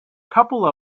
couple